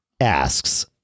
asks